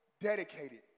dedicated